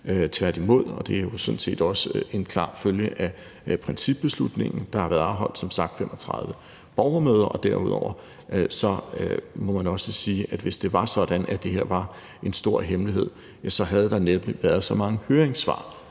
tværtimod, og det er jo sådan set også en klar følge af principbeslutningen. Der har som sagt været afholdt 35 borgermøder, og derudover må man også sige, at hvis det var sådan, at det her var en stor hemmelighed, var der næppe kommet så mange høringssvar